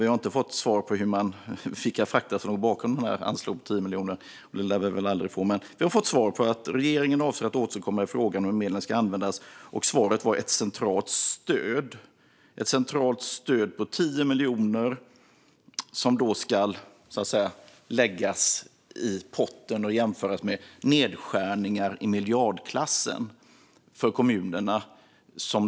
Vi har inte fått svar på vilka fakta som låg bakom när man anslog 10 miljoner, och det lär vi väl aldrig få. Men vi har fått veta att regeringen avser att återkomma i frågan om hur medlen ska användas, och svaret var ett centralt stöd på 10 miljoner som ska läggas i potten och jämföras med nedskärningar i miljardklassen för kommunerna.